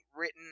written